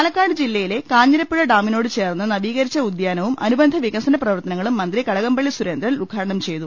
പാലക്കാട് ജില്ലയിലെ കാഞ്ഞിരപ്പുഴ ഡാമിനോട് ചേർന്ന നവീകരിച്ച ഉദ്യാനുവും അനുബന്ധ വികസന പ്രവർത്തനങ്ങ ളും മന്ത്രി കടകംപള്ളി സുരേന്ദ്രൻ ഉദ്ഘാടനം ചെയ്തു